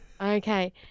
Okay